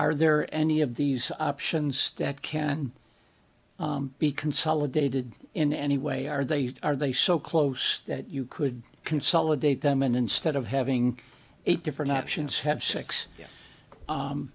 are there any of these options that can be consolidated in any way are they are they so close that you could consolidate them and instead of having eight different options